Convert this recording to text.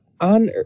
on